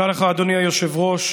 תודה לך, אדוני היושב-ראש.